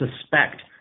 suspect